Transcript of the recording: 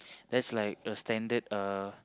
that's like a standard uh